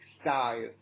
style